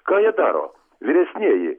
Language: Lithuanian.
ką jie daro vyresnieji